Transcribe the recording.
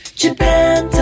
Japan